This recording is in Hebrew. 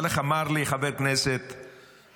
אבל איך אמר לי חבר כנסת מהחרדים?